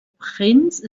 prince